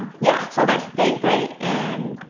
yeah, so that's day three and.